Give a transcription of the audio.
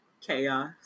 Chaos